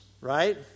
right